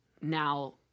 now